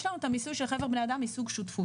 יש לנו את המיסוי של חבר בני אדם מסוג שותפות.